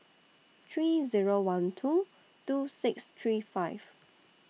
three Zero one two two six three five